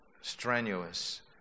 strenuous